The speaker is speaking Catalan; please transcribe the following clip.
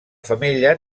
femella